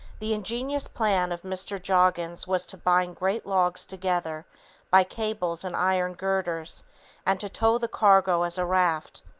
the ingenious plan of mr. joggins was to bind great logs together by cables and iron girders and to tow the cargo as a raft.